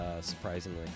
surprisingly